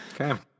Okay